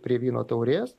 prie vyno taurės